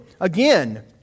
Again